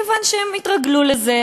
מכיוון שהם התרגלו לזה.